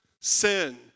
sin